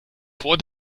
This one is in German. vor